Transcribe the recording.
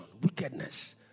wickedness